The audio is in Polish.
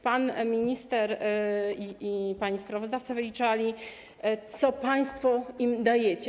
Pan minister i pani sprawozdawca wyliczali, co państwo im dajecie.